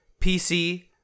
PC